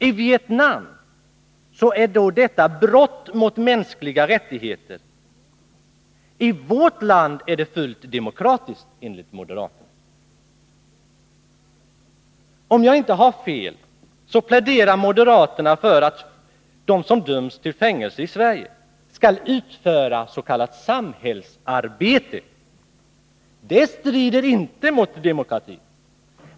I Vietnam skulle detta vara ”brott mot mänskliga rättigheter”. I vårt land är det fullt demokratiskt, enligt moderaterna. Om jag inte har fel pläderar moderaterna för att de som döms till fängelse i Sverige skall utföra samhällsarbete. Det strider alltså inte mot demokratin.